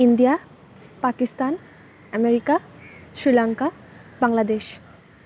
India Pakistan America Sri Lanka Bangladesh